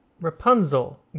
Rapunzel